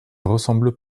ressemblent